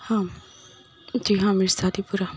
ہاں جی ہاں مرزا ہادی پورہ